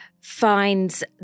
finds